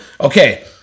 Okay